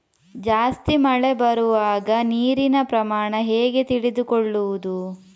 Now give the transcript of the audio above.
ಜಾಸ್ತಿ ಮಳೆ ಬರುವಾಗ ನೀರಿನ ಪ್ರಮಾಣ ಹೇಗೆ ತಿಳಿದುಕೊಳ್ಳುವುದು?